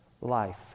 life